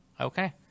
Okay